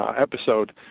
episode